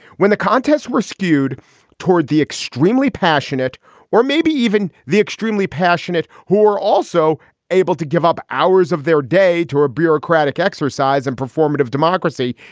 when the contests were skewed toward the extremely passionate or maybe even the extremely passionate who were also able to give up hours of their day to a bureaucratic exercise and performative democracy.